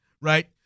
right